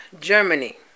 Germany